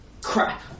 Crap